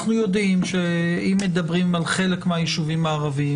אנחנו יודעים שאם מדברים על חלק מהיישובים הערביים,